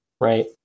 right